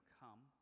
come